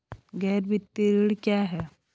गैर वित्तीय ऋण क्या है?